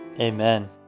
Amen